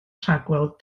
rhagweld